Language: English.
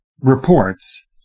reports